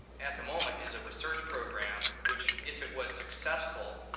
at the moment, is a research program. which if it was successful,